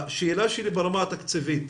השאלה שלי ברמה התקציבית,